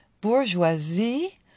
bourgeoisie